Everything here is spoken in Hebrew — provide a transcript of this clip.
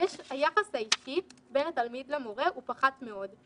היחס האישי בין התלמיד למורה פחת מאוד.